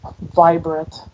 vibrant